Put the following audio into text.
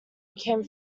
became